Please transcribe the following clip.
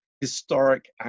historic